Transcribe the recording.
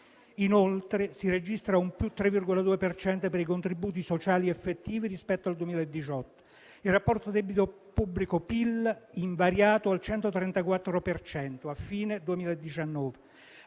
Inoltre, si registra un + 3,2 per cento per i contributi sociali effettivi rispetto al 2018. Il rapporto debito pubblico-PIL è invariato al 134 per cento a fine 2019.